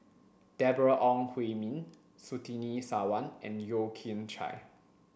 Deborah Ong Hui Min Surtini Sarwan and Yeo Kian Chye